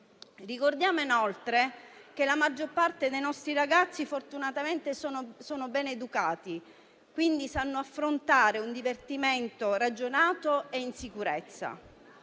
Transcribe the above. Ricordiamo inoltre che la maggior parte dei nostri ragazzi fortunatamente è ben educata e quindi sa affrontare un divertimento ragionato e in sicurezza.